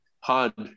hard